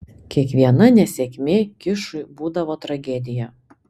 kiekviena nesėkmė kišui būdavo tragedija